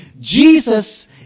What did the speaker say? Jesus